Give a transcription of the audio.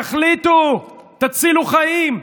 תחליטו, תצילו חיים.